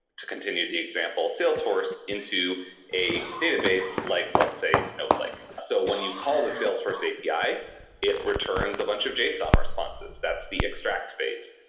to continue the example, salesforce into a database like, let's say, snowflake. so when you call the salesforce api, it returns a bunch of json responses. that's the extract phase.